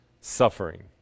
suffering